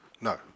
No